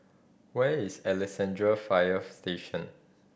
where is Alexandra Fire Station